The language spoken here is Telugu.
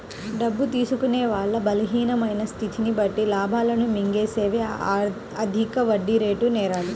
డబ్బు తీసుకునే వాళ్ళ బలహీనమైన స్థితిని బట్టి లాభాలను మింగేసేవే అధిక వడ్డీరేటు నేరాలు